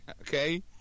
Okay